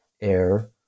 air